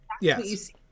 yes